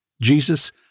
Jesus